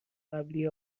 قبلی